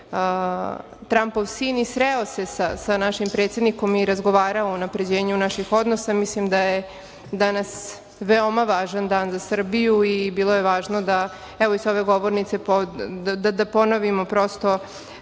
Trampov sin i sreo se sa našim predsednikom i razgovarao o unapređenju naših odnosa. Mislim da je danas veoma važan dan za Srbiji u bilo je važno da evo i sa ove govornice da ponovim prosto